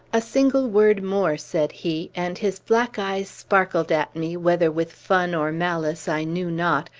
a single word more, said he and his black eyes sparkled at me, whether with fun or malice i knew not,